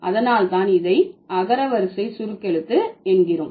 அதனால்தான் இதை அகரவரிசை சுருக்கெழுத்து என்கிறோம்